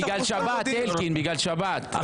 בגלל שבת, אלקין, בגלל שבת...